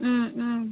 ம் ம்